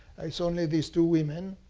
i saw only these two women,